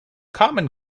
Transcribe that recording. common